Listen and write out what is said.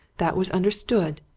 that was understood.